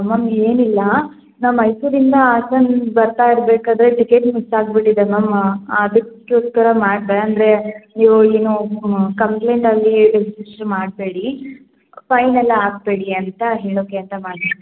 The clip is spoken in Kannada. ಮ್ಯಾಮ್ ಏನಿಲ್ಲ ನಾನು ಮೈಸೂರಿಂದ ಹಾಸನ ಬರ್ತಾ ಇರಬೇಕಾದ್ರೆ ಟಿಕೆಟ್ ಮಿಸ್ಸಾಗಿ ಬಿಟ್ಟಿದೆ ಮ್ಯಾಮ್ ಅದಕ್ಕೋಸ್ಕರ ಮಾಡಿದೆ ಅಂದರೆ ನೀವು ಏನೂ ಕಂಪ್ಲೇಂಟ್ ಅಲ್ಲಿ ರಿಜಿಸ್ಟರ್ ಮಾಡಬೇಡಿ ಫೈನ್ ಎಲ್ಲ ಹಾಕ್ಬೇಡಿ ಅಂತ ಹೇಳೋಕ್ಕೆ ಅಂತ ಮಾಡಿದೆ